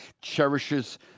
cherishes